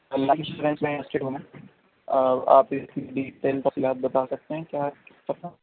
تو lunch break میں ہوں میں آپ اس کی ڈیٹیل تو کیا آپ بتا سکتے ہیں کیا ہے کس طرح